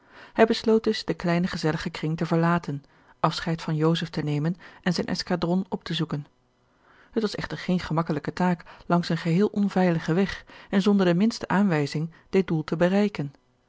hij besloot dus den kleinen gezelligen kring te verlaten afscheid van joseph te nemen en zijn escadron op te zoeken het was echter geene gemakkelijke taak langs een geheel onveiligen weg en zonder de minste aanwijzing dit doel te bereiken